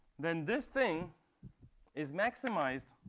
then this thing is maximized